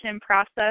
process